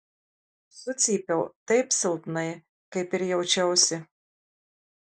sucypiau taip silpnai kaip ir jaučiausi